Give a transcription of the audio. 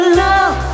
love